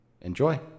enjoy